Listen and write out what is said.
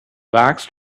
waxed